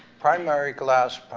primary glass,